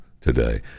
today